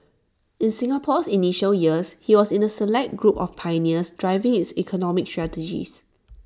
in Singapore's initial years he was in A select group of pioneers driving its economic strategies